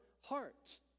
heart